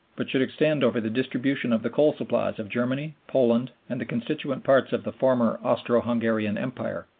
but should extend over the distribution of the coal supplies of germany, poland, and the constituent parts of the former austro-hungarian empire,